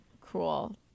cool